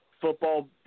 football